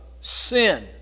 sin